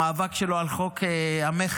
המאבק שלו על חוק המכר,